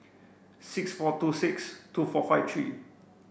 six four two six two four five three